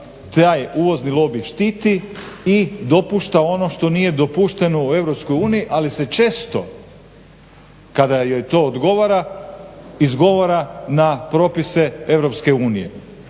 taj uvozni lobi štiti i dopušta ono što nije dopušteno u EU ali se često kada joj to odgovara izgovara na propise EU.